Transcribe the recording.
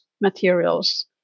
materials